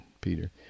Peter